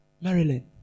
Marilyn